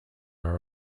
are